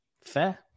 Fair